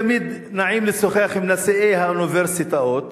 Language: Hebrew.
תמיד נעים לשוחח עם נשיאי האוניברסיטאות.